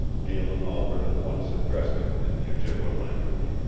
galen albret at once addressed him in the ojibway language,